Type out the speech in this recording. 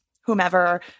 whomever